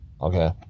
Okay